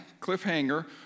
Cliffhanger